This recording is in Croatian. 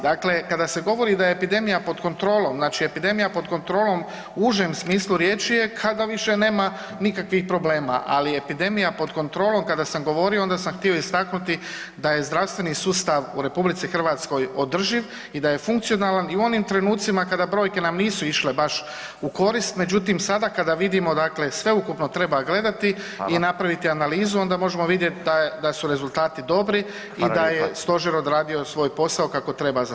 Dakle, kada se govori da je epidemija pod kontrolom, znači epidemija pod kontrolom u užem smislu riječi je kada više nema nikakvih problema, ali epidemija pod kontrolom kada sam govorio onda sam htio istaknuti da je zdravstveni sustav u RH održiv i da je funkcionalan i u onim trenucima kada brojke nam nisu išle baš u korist, međutim sada kada vidimo dakle sveukupno treba gledati i napraviti analizu [[Upadica: Hvala.]] onda možemo vidjeti da su rezultati dobri i da je [[Upadica: Hvala lijepa.]] stožer odradio svoj posao kako treba za sada.